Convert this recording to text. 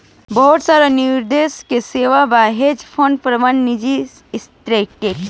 बहुत सारा निवेश के सेवा बा, हेज फंड प्रबंधन निजी इक्विटी